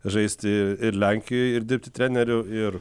žaisti ir lenkijoj ir dirbti treneriu ir